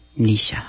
Nisha